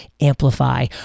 Amplify